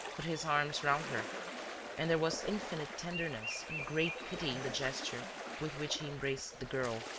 put his arms round her and there was infinite tenderness and great pity in the gesture with which he embraced the girl.